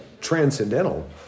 transcendental